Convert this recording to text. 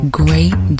great